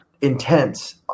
intense